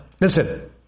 Listen